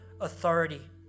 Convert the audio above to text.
authority